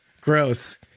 gross